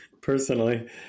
Personally